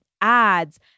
ads